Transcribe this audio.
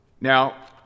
Now